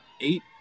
eight